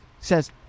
says